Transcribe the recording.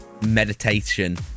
meditation